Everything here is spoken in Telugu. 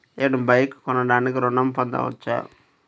నేను బైక్ కొనటానికి ఋణం పొందవచ్చా?